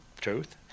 truth